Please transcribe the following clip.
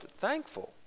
thankful